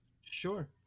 Sure